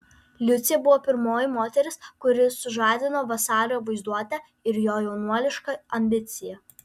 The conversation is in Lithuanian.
liucė buvo pirmoji moteris kuri sužadino vasario vaizduotę ir jo jaunuolišką ambiciją